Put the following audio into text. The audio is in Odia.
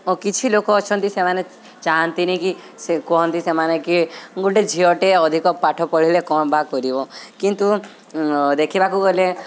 ଓ କିଛି ଲୋକ ଅଛନ୍ତି ସେମାନେ ଚାହାନ୍ତିନି କି ସେ କୁହନ୍ତି ସେମାନେ କି ଗୋଟେ ଝିଅଟେ ଅଧିକ ପାଠ ପଢ଼ିଲେ କ'ଣ ବା କରିବ କିନ୍ତୁ ଦେଖିବାକୁ ଗଲେ